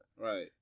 Right